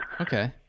Okay